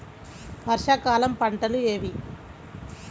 వర్షాకాలం పంటలు ఏవి?